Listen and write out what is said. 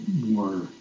more